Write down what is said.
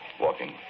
walking